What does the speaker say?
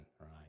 right